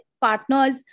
partners